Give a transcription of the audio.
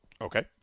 Okay